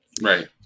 Right